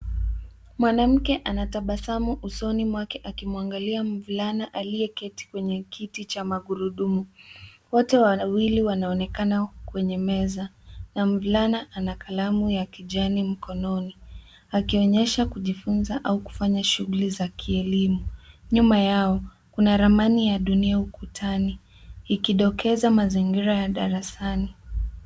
Mwanamke anatabasamu usoni mwake akimwangalia mvulana aliyeketi kwenye kiti cha magurudumu. Wote wawili wanaonekana kwenye meza na mvulana ana kalamu ya kijani mkononi akionyesha kujifunza au kufanya shughuli za kielimu. Nyuma yao, kuna ramani ya dunia ukutani ikidokeza mazingira ya darasani.